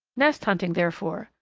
nest hunting, therefore,